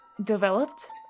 developed